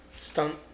Stunt